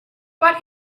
but